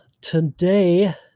Today